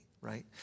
right